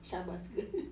syabas girl